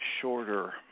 shorter